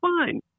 fine